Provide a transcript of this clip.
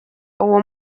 uwo